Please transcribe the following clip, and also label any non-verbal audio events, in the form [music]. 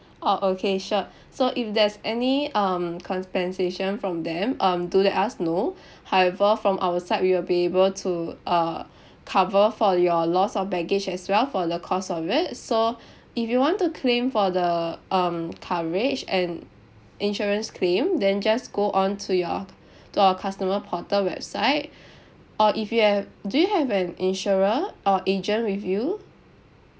orh okay sure so if there's any um compensation from them um do let us know however from our side we will be able to uh cover for your loss of baggage as well for the cost of it so if you want to claim for the um coverage and insurance claim then just go on to your [breath] to our customer portal website or if you have do you have an insurer or agent with you